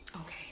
Okay